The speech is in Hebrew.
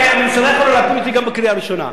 הממשלה יכולה להפיל את זה גם בקריאה ראשונה.